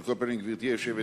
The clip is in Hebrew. על כל פנים, גברתי היושבת-ראש,